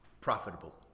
profitable